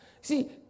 See